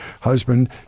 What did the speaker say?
husband